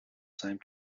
same